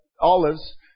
Olives